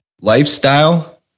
lifestyle